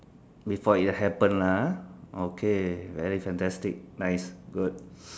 before it happen lah ah okay very fantastic nice good